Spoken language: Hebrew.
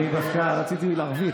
אני דווקא רציתי לערבית,